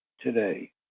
today